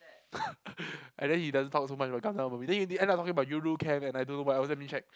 and then he doesn't talk so much about Gundam then in the end up talking about Yuru Camp and I don't know what else let me check